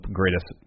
greatest